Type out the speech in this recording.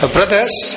Brothers